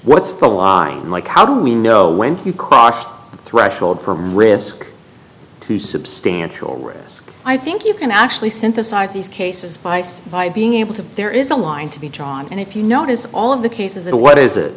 what's the line like how do we know when you cross the threshold for risk to substantial risk i think you can actually synthesize these cases spiced by being able to there is a line to be drawn and if you notice all of the case of the what is it